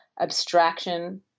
abstraction